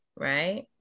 Right